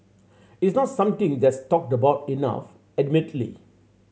it's not something that's talked about enough admittedly